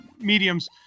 mediums